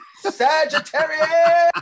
Sagittarius